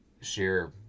share